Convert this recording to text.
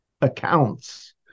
accounts